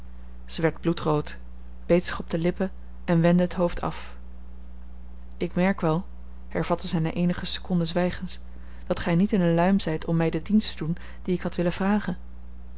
bloedrood beet zich op de lippen en wendde het hoofd af ik merk wel hervatte zij na eenige seconden zwijgens dat gij niet in eene luim zijt om mij den dienst te doen dien ik had willen vragen